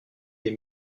des